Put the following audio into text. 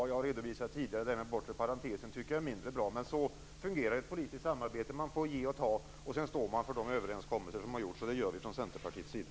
Som jag har redovisat tidigare tycker jag att det här med den bortre parentesen är mindre bra, men så fungerar ett politiskt samarbete. Man får ge och ta, och sedan står man för de överenskommelser som har gjorts. Det gör vi från Centerpartiets sida.